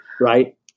Right